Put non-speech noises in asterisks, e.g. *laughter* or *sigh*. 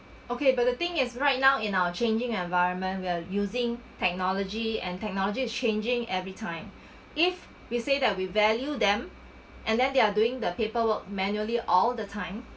okay but the thing is right now in our changing environment we are using technology and technology is changing every time *breath* if we say that we value them and then they are doing the paperwork manually all the time